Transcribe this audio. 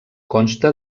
consta